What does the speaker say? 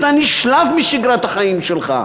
אתה נשלף משגרת החיים שלך.